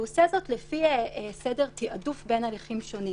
והוא עושה זאת לפי סדר תעדוף בין הליכים שונים.